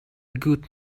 good